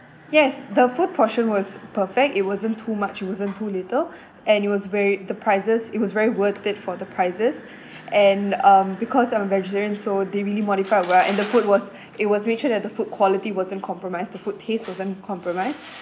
yes the food portion was perfect it wasn't too much wasn't too little and it was very the prices it was very worth it for the prices and um because I'm a vegetarian so they really modified well and the food was it was made sure that the food quality wasn't compromised the food taste wasn't compromised